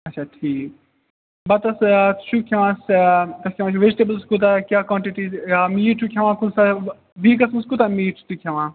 آچھا ٹھیٖک بَتَس ٲں سۭتۍ چھُو کھیٚوان ٲں یَتھ کیٛاہ ونان چھِ وِجِٹیبٕلز کوٗتاہ کیٛاہ کوانٹٹی ٲں میٖٹ چھُو کھیٚوان کُنہِ ساتہٕ ویٖکَس منٛز کوٗتاہ میٖٹ چھُو تُہۍ کھیٚوان